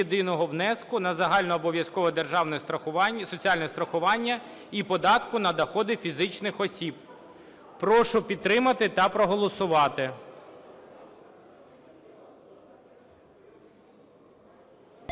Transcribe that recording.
єдиного внеску на загальнообов'язкове державне соціальне страхування… соціальне страхування і податку на доходи фізичних осіб. Прошу підтримати та проголосувати.